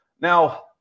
Now